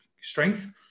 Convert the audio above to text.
strength